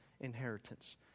inheritance